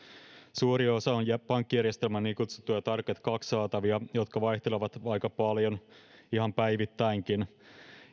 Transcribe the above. suuri osa on pankkijärjestelmän niin kutsuttuja target kaksi saatavia jotka vaihtelevat aika paljon ihan päivittäinkin